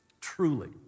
truly